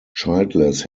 childless